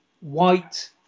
white